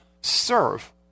serve